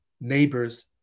neighbors